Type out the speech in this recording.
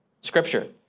scripture